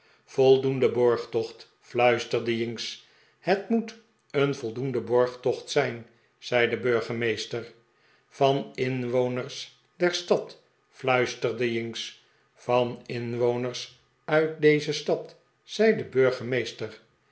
voldoenden borgtocht fluisterde jinks het moet een voldoende borgtocht zijn zei de burgemeester van inwoners der stad fluisterde jinks van inwoners uit deze stad zei de burgemeester